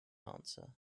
answer